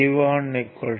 V1 2